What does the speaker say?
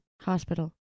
Hospital